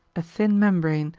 a thin membrane,